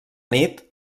nit